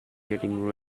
getting